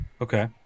Okay